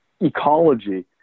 ecology